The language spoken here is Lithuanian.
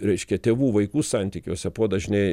reiškia tėvų vaikų santykiuose podažniai